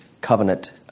covenant